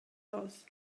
aus